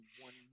one